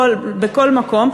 בכל מקום.